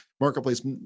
Marketplace